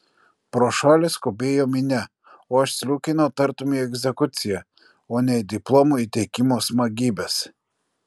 pro šalį skubėjo minia o aš sliūkinau tartum į egzekuciją o ne į diplomų įteikimo smagybes